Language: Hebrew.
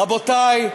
רבותי,